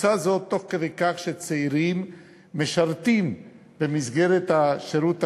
ועושה זאת תוך כדי כך שצעירים משרתים במסגרת השירות הלאומי,